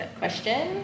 question